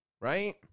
right